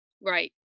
Right